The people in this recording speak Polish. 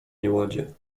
nieładzie